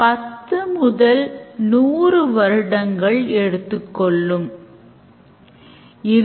User savings account ஐ தேர்வுசெய்கிறார்